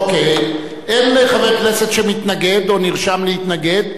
אין חבר כנסת שמתנגד או נרשם להתנגד,